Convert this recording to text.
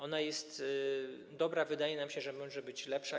Ona jest dobra, ale wydaje nam się, że może być lepsza.